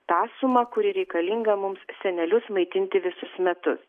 tą sumą kuri reikalinga mums senelius maitinti visus metus